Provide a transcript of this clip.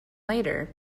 later